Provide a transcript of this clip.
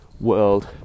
world